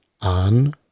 on